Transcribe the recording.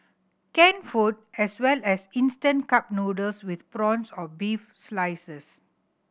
canned food as well as instant cup noodles with prawns or beef slices